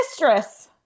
mistress